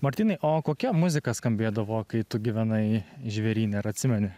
martynai o kokia muzika skambėdavo kai tu gyvenai žvėryne ar atsimeni